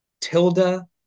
Tilda